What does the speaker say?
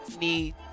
need